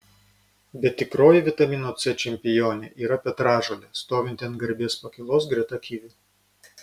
bet tikroji vitamino c čempionė yra petražolė stovinti ant garbės pakylos greta kivių